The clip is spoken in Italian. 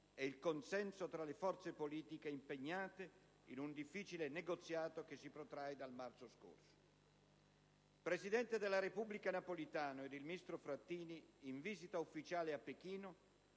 e il consenso tra le forze politiche impegnate in un difficile negoziato che si protrae dal marzo scorso. Il presidente della Repubblica Napolitano ed il ministro Frattini, in visita ufficiale a Pechino,